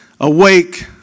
Awake